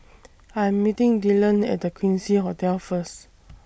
I Am meeting Dyllan At The Quincy Hotel First